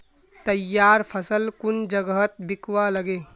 तैयार फसल कुन जगहत बिकवा लगे?